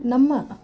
ನಮ್ಮ